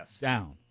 down